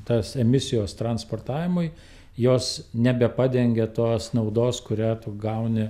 tas emisijos transportavimui jos nebepadengia tos naudos kurią tu gauni